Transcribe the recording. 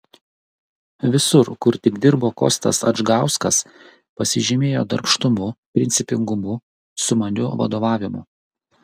visur kur tik dirbo kostas adžgauskas pasižymėjo darbštumu principingumu sumaniu vadovavimu